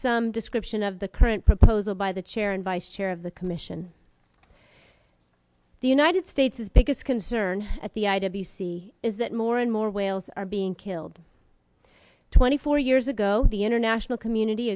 some description of the current proposal by the chair and vice chair of the commission the united states's biggest concern at the i w c is that more and more whales are being killed twenty four years ago the international community